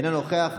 אינו נוכח.